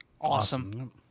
Awesome